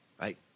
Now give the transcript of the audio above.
right